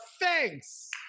thanks